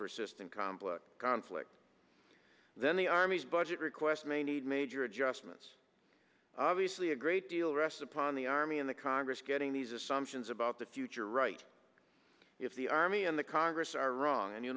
conflict conflicts then the army's budget request may need major adjustments obviously a great deal rests upon the army and the congress getting these assumptions about the future right if the army and the congress are wrong and you